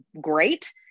great